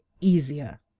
easier